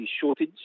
shortage